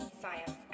science